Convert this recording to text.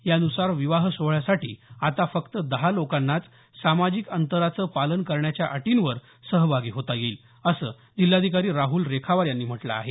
यान्सार विवाह सोहळ्यासाठी आता फक्त दहा लोकांनाच सामाजिक अंतराचं पालन करण्याच्या अटींवर सहभागी होता येईल असं जिल्हाधिकारी राहुल रेखावार यांनी म्हटलं आहे